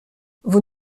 vous